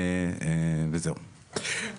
תודה רבה.